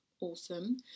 awesome